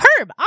Herb